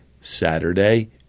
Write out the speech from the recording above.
Saturday